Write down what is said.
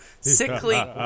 sickly